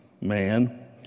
man